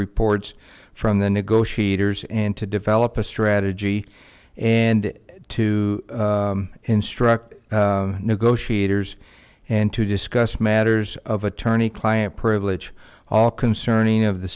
reports from the negotiators and to develop a strategy and to instruct negotiators and to discuss matters of attorney client privilege all concerning of the